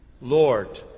Lord